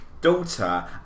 daughter